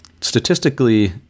statistically